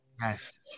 yes